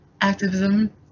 activism